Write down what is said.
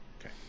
Okay